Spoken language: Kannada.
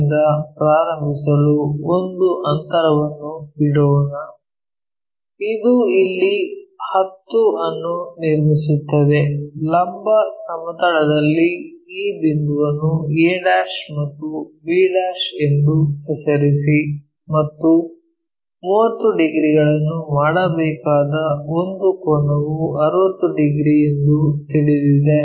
ನಿಂದ ಪ್ರಾರಂಭಿಸಲು ಒಂದು ಅಂತರವನ್ನು ಬಿಡೋಣ ಇದು ಇಲ್ಲಿ 10 ಅನ್ನು ನಿರ್ಮಿಸುತ್ತದೆ ಲಂಬ ಸಮತಲದಲ್ಲಿ ಈ ಬಿಂದುವನ್ನು a ಮತ್ತು b ಎಂದು ಹೆಸರಿಸಿ ಮತ್ತು 30 ಡಿಗ್ರಿಗಳನ್ನು ಮಾಡಬೇಕಾದ ಒಂದು ಕೋನವು 60 ಡಿಗ್ರಿ ಎಂದು ತಿಳಿದಿದೆ